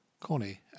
Connie